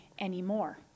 anymore